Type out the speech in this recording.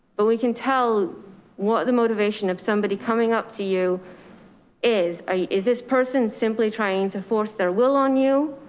but we can tell what the motivation of somebody coming up to you is, is this person simply trying to force their will on you,